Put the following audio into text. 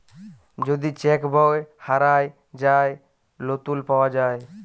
যদি চ্যাক বই হারাঁয় যায়, লতুল পাউয়া যায়